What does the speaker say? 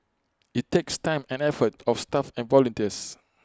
IT takes time and effort of staff and volunteers